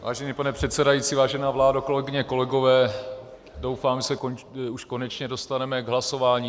Vážený pane předsedající, vážená vládo, kolegyně, kolegové, doufám, že se už konečně dostaneme k hlasování.